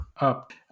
up